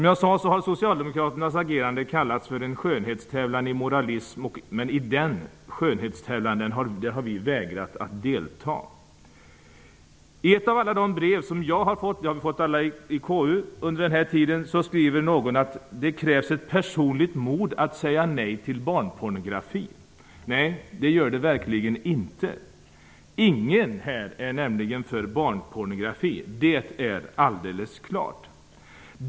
Socialdemokraternas agerande har, som jag sade, kallats för en skönhetstävling i moralism. Vi har vägrat att delta i den skönhetstävlingen. Alla ledamöter i KU har fått brev under den här tiden. I ett av alla de brev som jag har fått skriver någon att det krävs ett personligt mod att säga nej till barnpornografi. Nej, det gör det verkligen inte. Ingen här är nämligen för barnpornografi -- det är alldeles klart.